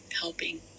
helping